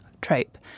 trope